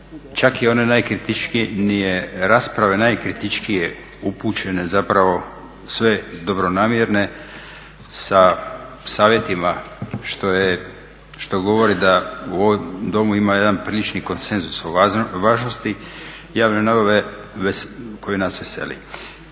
čak i one najkritičnije rasprave, najkritičnije upućene zapravo sve dobronamjerne sa savjetima što govori da u ovom Domu ima jedan prilični konsenzus o važnosti javne nabave koji nas veseli.